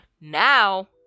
now